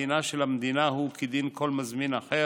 דינה של המדינה הוא כדין כל מזמין אחר,